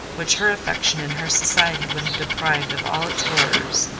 which her affection and her society would have deprived of all its horrors,